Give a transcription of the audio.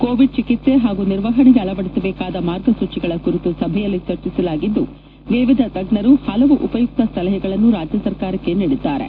Covid ಚಿಕಿತ್ಸೆ ಹಾಗೂ ನಿರ್ವಹಣೆಗೆ ಅಳವಡಿಸಬೇಕಾದ ಮಾರ್ಗಸೂಚಿಗಳ ಕುರಿತು ಸಭೆಯಲ್ಲಿ ಚರ್ಚಿಸಲಾಗಿದ್ದು ವಿವಿಧ ತಜ್ಞರು ಹಲವು ಉಪಯುಕ್ತ ಸಲಹೆಗಳನ್ನು ರಾಜ್ಯ ಸರ್ಕಾರಕ್ಕೆ ನೀಡಿದ್ದಾರೆ